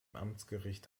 amtsgericht